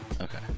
Okay